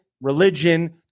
religion